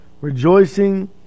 rejoicing